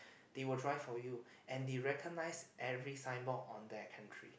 they will drive for you and they recognise every signboard on their country